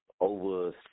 over